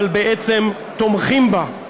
אבל בעצם תומכים בה.